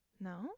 No